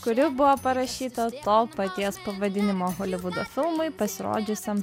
kuri buvo parašyta to paties pavadinimo holivudo filmui pasirodžiusiam